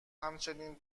همچنین